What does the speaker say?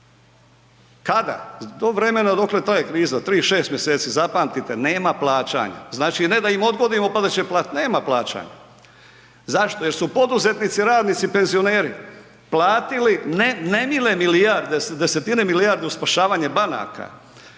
Kada? Do vremena dokle traje kriza, 3-6 mjeseci, zapamtite nema plaćanja, znači ne da im odgodimo pa da će platit, nema plaćanja. Zašto? Jer su poduzetnici, radnici, penzioneri platili ne nemile milijarde, desetine milijardi u spašavanje banaka,